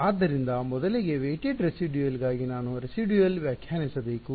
ಆದ್ದರಿಂದ ಮೊದಲಿಗೆ weighted residual ಗಾಗಿ ನಾನು ರೆಸಿಡ್ಯುಯಲ್ ವ್ಯಾಖ್ಯಾನಿಸಬೇಕು